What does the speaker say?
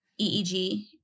EEG